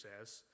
says